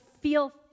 feel